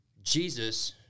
Jesus